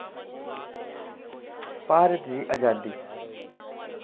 भारत दी अजादी